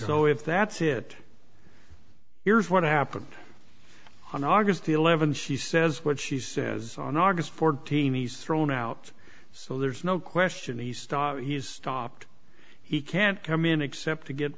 if that's it here's what happened on august eleventh she says what she says on august fourteenth he's thrown out so there's no question he stopped he's stopped he can't come in except to get